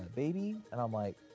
baby? and i'm like,